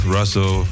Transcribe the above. Russell